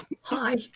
Hi